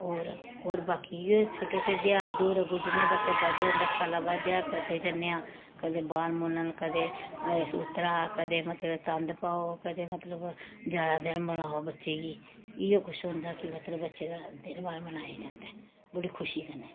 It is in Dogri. होर होर बाकी इ'यै छोटे छोटे त्याहर त्हूर बच्चे दस साले बाद देयार करदे जन्ने आं कदें बाल मुन्नन कदें अस उतरा कदें मतलब तंद पाओ कदें मतलब जादा दिन मलाओ बच्चे गी इयै कुछ होंदा कि मतलब बच्चे दा दिन बार मनाया जंदा ऐ बड़ी खुशी कन्नै